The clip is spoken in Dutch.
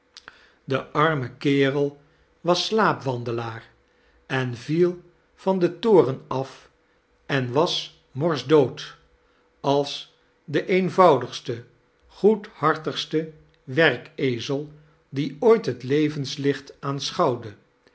dickens arme kerel was slaapwandelaar en viel van den toren af en was morsdiood als de eenvoudigste goedhartigste werkezel die ooit het